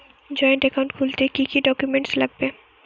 Joint account খুলতে কি কি ডকুমেন্টস লাগবে?